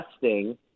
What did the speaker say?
testing